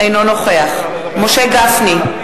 אינו נוכח משה גפני,